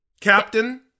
Captain